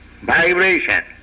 vibration